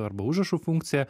arba užrašų funkciją